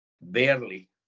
barely